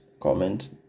comment